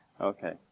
Okay